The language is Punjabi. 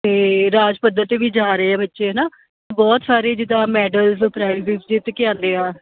ਅਤੇ ਰਾਜ ਪੱਧਰ 'ਤੇ ਵੀ ਜਾ ਰਹੇ ਆ ਬੱਚੇ ਹੈ ਨਾ ਬਹੁਤ ਸਾਰੇ ਜਿੱਦਾਂ ਮੈਡਲਜ਼ ਪ੍ਰਾਈਜ਼ਿਜ ਜਿੱਤ ਕੇ ਆਉਂਦੇ ਆ